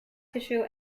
tissue